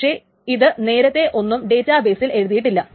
പക്ഷെ ഇത് നേരത്തെ ഒന്നും ഡേറ്റാ ബെയ്സിൽ എഴുതിയിട്ടില്ല